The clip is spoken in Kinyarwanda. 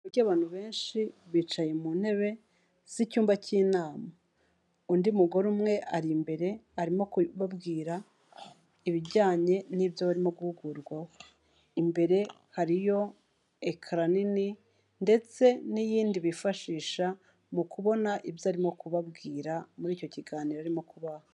Abantu benshi bicaye mu ntebe z'icyumba k'inama, undi mugore umwe ari imbere, arimo kubabwira ibijyanye n'ibyo barimo guhugurwaho, imbere hariyo ekara nini ndetse n'iyindi bifashisha mu kubona ibyo arimo kubabwira muri icyo kiganiro arimo kubaha.